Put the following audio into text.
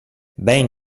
ben